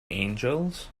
angels